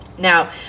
Now